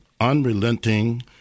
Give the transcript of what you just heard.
unrelenting